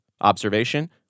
Observation